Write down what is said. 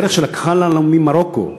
הדרך ממרוקו,